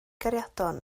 gariadon